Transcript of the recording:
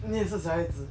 你也是小孩子